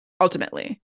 ultimately